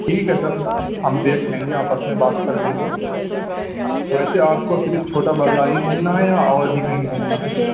ٹھیک ہے سر ہم دیکھ لیں گے آپس میں بات کر لیں گے ویسے آپ کو صرف چھوٹا بازار ہی گھومنا ہے یا کہیں اور بھی کہیں گھومنا ہے